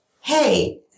Hey